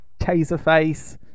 Taserface